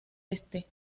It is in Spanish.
este